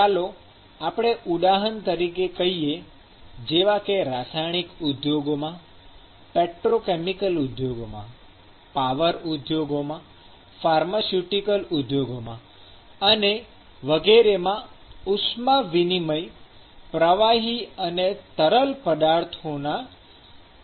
ચાલો આપણે ઉદાહરણ તરીકે કહીએ જેવા કે રાસાયણિક ઉદ્યોગોમાં પેટ્રોકેમિકલ ઉદ્યોગોમાં પાવર ઉદ્યોગોમાં ફાર્માસ્યુટિકલ ઉદ્યોગોમાં અને વગેરેમાં ઉષ્મા વિનિમય પ્રવાહી અને તરલ પદાર્થના ઠારણ દરમિયાન થાય છે